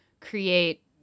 create